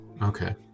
Okay